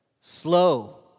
Slow